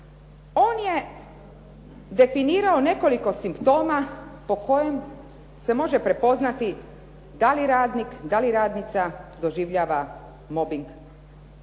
On je definirao nekoliko simptoma po kojim se može prepoznati da li radnik, da li radnica doživljava mobbing.